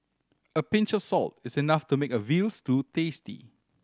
a pinch of salt is enough to make a veal stew tasty